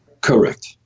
Correct